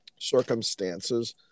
circumstances